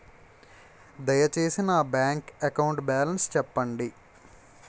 దయచేసి నా bank account balance చెప్పండి